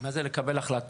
מה זה אומר לקבל החלטה?